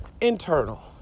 Internal